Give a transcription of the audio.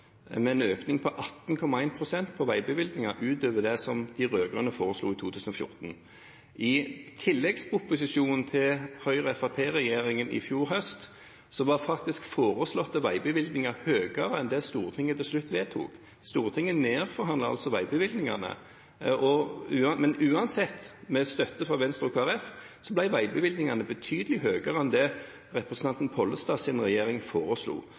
en økning på 18,1 pst. til veibevilgninger utover det de rød-grønne foreslo i 2014. I tilleggsproposisjonen til Høyre–Fremskrittsparti-regjeringen i fjor høst var faktisk foreslåtte veibevilgninger høyere enn det Stortinget til slutt vedtok. Stortinget nedforhandlet altså veibevilgningene. Men uansett – med støtte fra Venstre og Kristelig Folkeparti – ble veibevilgningene betydelig høyere enn det representanten Pollestads regjering foreslo.